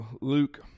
Luke